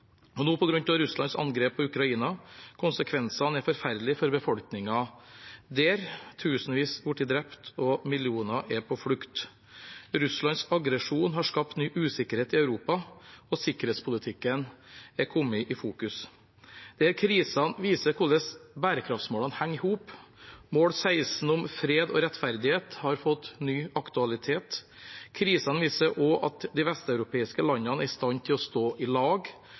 og nå på grunn av Russlands angrep på Ukraina. Konsekvensene er forferdelige for befolkningen der, tusenvis har blitt drept, og millioner er på flukt. Russlands aggresjon har skapt ny usikkerhet i Europa, og sikkerhetspolitikken har kommet i fokus. Krisene viser hvordan bærekraftsmålene henger i hop, mål 16 om fred og rettferdighet har fått ny aktualitet. Krisene viser også at de vesteuropeiske landene er i stand til å stå i lag,